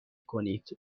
کنید